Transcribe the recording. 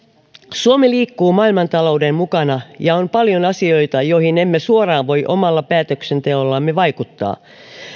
suomi liikkuu maailmantalouden mukana ja on paljon asioita joihin emme suoraan voi omalla päätöksenteollamme vaikuttaa